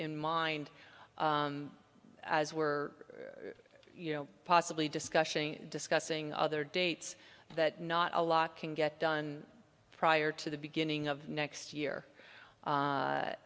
in mind as we're you know possibly discussion discussing other dates that not a lot can get done prior to the beginning of next year